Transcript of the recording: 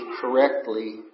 correctly